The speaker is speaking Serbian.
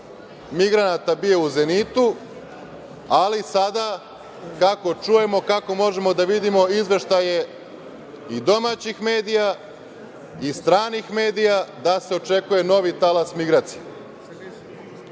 migranata bio u zenitu, ali sada kako čujemo, kako možemo da vidimo izveštaje i domaćih medija i stranih medija, očekuje se novi talas migracije.